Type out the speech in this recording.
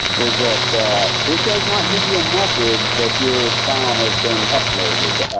is that it does not give you a message that your file has been uploaded.